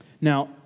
Now